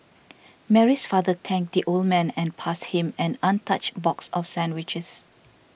Mary's father thanked the old man and passed him an untouched box of sandwiches